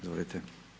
Izvolite.